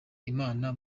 imana